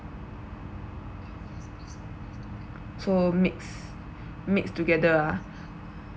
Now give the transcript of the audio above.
so mix mix together ah